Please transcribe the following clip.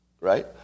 right